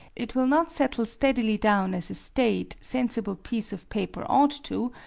it will not settle steadily down as a staid, sensible piece of paper ought to